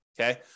okay